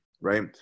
right